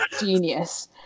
genius